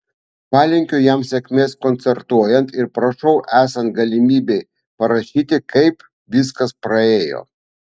palinkiu jam sėkmės koncertuojant ir prašau esant galimybei parašyti kaip viskas praėjo